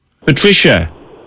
Patricia